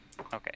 Okay